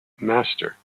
master